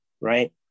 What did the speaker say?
Right